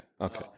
Okay